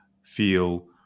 feel